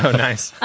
so nice.